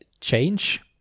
change